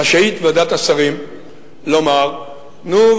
רשאית ועדת השרים לומר: נו,